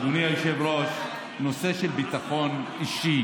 אדוני היושב-ראש, הנושא של הביטחון האישי